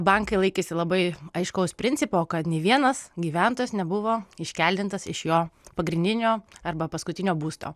bankai laikėsi labai aiškaus principo kad nei vienas gyventojas nebuvo iškeldintas iš jo pagrindinio arba paskutinio būsto